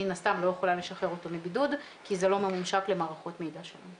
מן הסתם לא יכולה לשחרר אותו מבידוד כי זה לא ממומשק למערכות מידע שלנו.